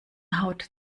haut